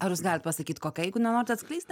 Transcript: ar jūs galit pasakyt kokia jeigu nenorit atskleisti